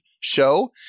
show